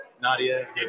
Nadia